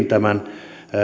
tämän